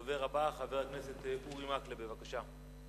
הדובר הבא, חבר הכנסת אורי מקלב, בבקשה.